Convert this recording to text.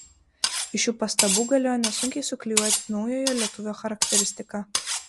iš šių pastabų galėjo nesunkiai suklijuoti naujojo lietuvio charakteristiką